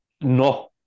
No